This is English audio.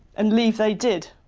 and leave they did.